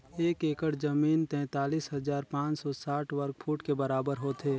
एक एकड़ जमीन तैंतालीस हजार पांच सौ साठ वर्ग फुट के बराबर होथे